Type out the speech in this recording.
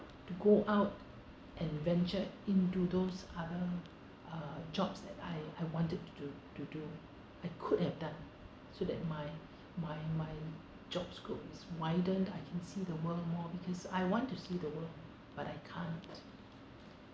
to go out and venture into those other uh jobs that I I wanted to do to do I could have done so that my my my job scope is widened I can see the world more because I want to see the world but I can't